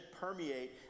permeate